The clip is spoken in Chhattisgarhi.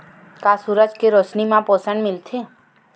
का सूरज के रोशनी म पोषण मिलथे?